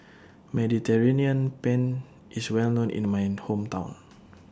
Mediterranean Penne IS Well known in My Hometown